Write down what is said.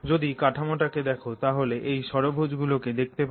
যদি কাঠামোটাকে দেখ তাহলে এই ষড়ভুজ গুলোকে দেখতে পাবে